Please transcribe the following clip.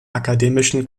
akademischen